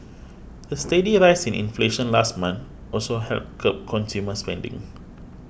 the steady rise inflation last month also helped curb consumer spending